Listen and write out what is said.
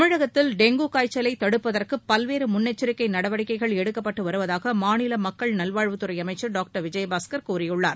தமிழகத்தில் டெங்கு காய்ச்சலை தடுப்பதற்கு பல்வேறு முன்னெச்சரிக்கை நடவடிக்கைகள் எடுக்கப்பட்டு வருவதாக மாநில மக்கள் நல்வாழ்வுத்துறை அமைச்சர் டாக்டர் விஜயபாஸ்கர் கூறியுள்ளார்